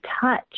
touch